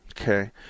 Okay